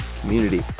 community